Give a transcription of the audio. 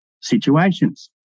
situations